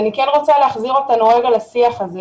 אני כן רוצה להחזיר אותנו לרגע בשיח הזה.